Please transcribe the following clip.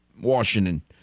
Washington